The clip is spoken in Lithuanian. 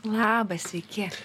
labas sveiki